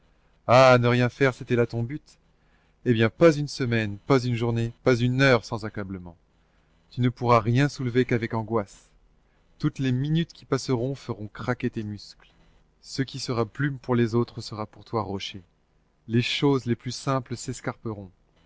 ah ne rien faire c'était là ton but eh bien pas une semaine pas une journée pas une heure sans accablement tu ne pourras rien soulever qu'avec angoisse toutes les minutes qui passeront feront craquer tes muscles ce qui sera plume pour les autres sera pour toi rocher les choses les plus simple